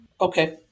Okay